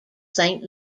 saint